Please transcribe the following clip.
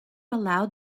allowed